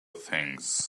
things